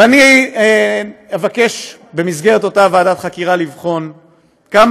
ואני אבקש במסגרת אותה ועדת חקירה לבחון כמה